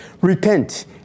Repent